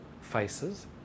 faces